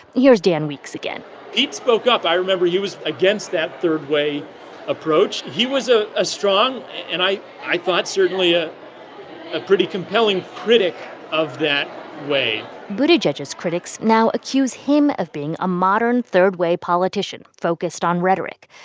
here's dan weeks again pete spoke up. i remember he was against that third way approach. he was ah a strong and i i thought certainly ah a pretty compelling critic of that way buttigieg's critics now accuse him of being a modern third way politician focused on rhetoric.